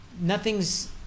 nothing's